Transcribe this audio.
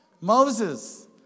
Moses